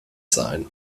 sein